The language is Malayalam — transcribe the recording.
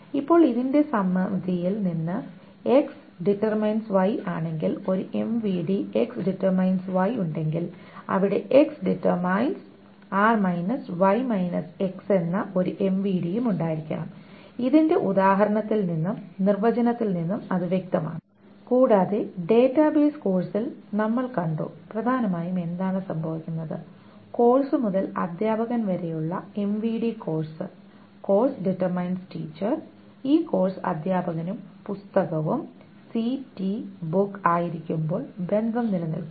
ഇപ്പോൾ ഇതിന്റെ സമമിതിയിൽ നിന്ന് XY ആണെങ്കിൽ ഒരു MVD XY ഉണ്ടെങ്കിൽ അവിടെ X എന്ന ഒരു MVD യും ഉണ്ടായിരിക്കും ഇതിന്റെ ഉദാഹരണത്തിൽ നിന്നും നിർവ്വചനത്തിൽ നിന്നും അത് വ്യക്തമാണ് കൂടാതെ ഡാറ്റാബേസ് കോഴ്സിൽ നമ്മൾ കണ്ടു പ്രധാനമായും എന്താണ് സംഭവിക്കുന്നത് കോഴ്സ് മുതൽ അധ്യാപകൻ വരെയുള്ള എംവിഡി കോഴ്സ് ഈ കോഴ്സ് അധ്യാപകനും പുസ്തകവും c t book ആയിരിക്കുമ്പോൾ ബന്ധം നിലനിൽക്കുന്നു